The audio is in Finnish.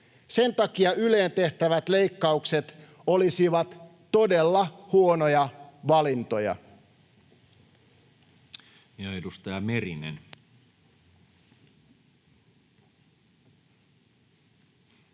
Sen takia Yleen tehtävät leikkaukset olisivat todella huonoja valintoja.